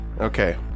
Okay